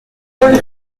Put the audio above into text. paul